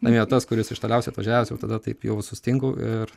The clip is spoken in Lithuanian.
laimėjo tas kuris iš toliausiai atvažiavęs jau tada taip jau sustingau ir